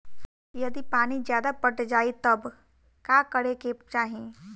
यदि पानी ज्यादा पट जायी तब का करे के चाही?